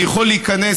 אני יכול להיכנס,